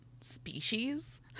species